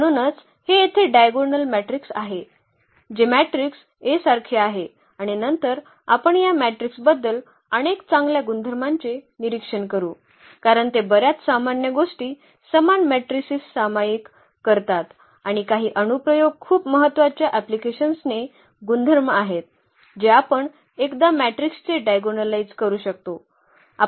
म्हणूनच हे येथे डायगोनल मॅट्रिक्स आहे जे मॅट्रिक्स A सारखे आहे आणि नंतर आपण या मॅट्रिक्स बद्दल अनेक चांगल्या गुणधर्मांचे निरीक्षण करू कारण ते बर्याच सामान्य गोष्टी समान मॅट्रिसेस सामायिक करतात आणि काही अनुप्रयोग खूप महत्त्वाच्या अँप्लिकेशन्सचे गुणधर्म आहेत जे आपण एकदा मॅट्रिक्सचे डायगोनलाइझ करू शकतो